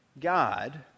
God